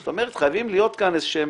זאת אומרת חייב להיות כאן איזה שהוא